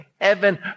heaven